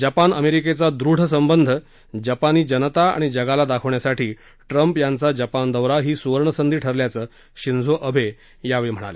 Japan अमेरिकेचा दृढ संबंध जपानी जनता आणि जगाला दाखवण्यासाठी ट्रम्प यांचा जपान दौरा ही सुवर्णसंधी ठरल्याचं शिंझो अबे यावेळी म्हणाले